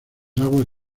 aguas